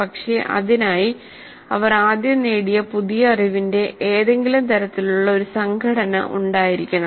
പക്ഷേ അതിനായി അവർ ആദ്യം നേടിയ പുതിയ അറിവിന്റെ ഏതെങ്കിലും തരത്തിലുള്ള ഒരു സംഘടന ഉണ്ടായിരിക്കണം